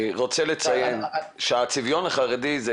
אני רוצה לציין שהצביון החרדי,